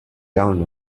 down